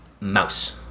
mouse